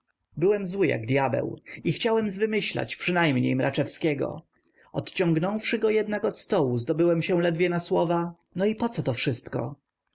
byłem zły jak dyabeł i chciałem zwymyślać przynajmniej mraczewskiego odciągnąwszy go jednak od stołu zdobyłem się ledwie na te słowa no i poco to wszystko